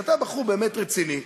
שאתה בחור באמת רציני,